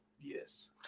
yes